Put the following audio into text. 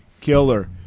Killer